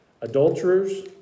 adulterers